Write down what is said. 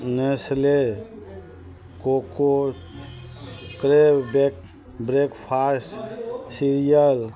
Nestle cococare break breakfast serial